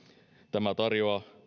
tämä tarjoaa